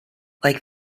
like